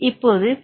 இப்போது பி